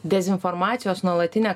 dezinformacijos nuolatinę